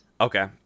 Okay